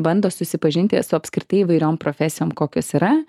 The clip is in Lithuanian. bando susipažinti su apskritai įvairiom profesijom kokios yra